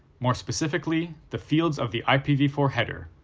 more specifically the fields of the i p v four header.